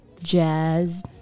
jazz